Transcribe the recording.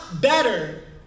better